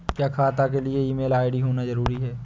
क्या खाता के लिए ईमेल आई.डी होना जरूरी है?